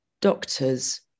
doctors